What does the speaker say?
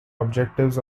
objectives